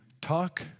talk